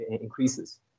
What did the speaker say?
increases